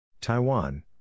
Taiwan